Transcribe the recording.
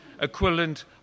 equivalent